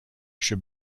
should